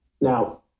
now